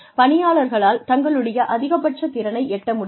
பணியாளர்களால் தங்களுடைய அதிகபட்ச திறனை எட்ட முடியும்